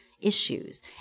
issues